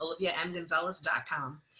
oliviamgonzalez.com